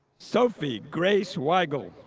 sofie grace weigel,